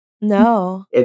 No